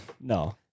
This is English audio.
No